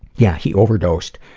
yeah he overdosed,